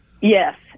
Yes